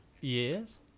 Yes